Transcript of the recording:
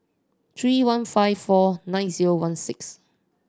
three one five four nine zero one six